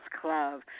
club